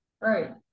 right